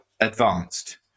advanced